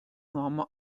uomo